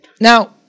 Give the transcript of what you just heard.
Now